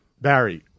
Barry